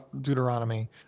deuteronomy